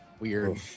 weird